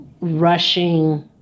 rushing